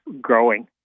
growing